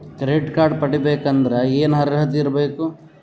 Credit card ಪಡಿಬೇಕಂದರ ಏನ ಅರ್ಹತಿ ಇರಬೇಕು?